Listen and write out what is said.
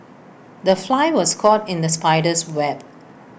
the fly was caught in the spider's web